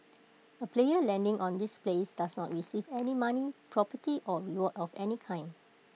A player landing on this place does not receive any money property or reward of any kind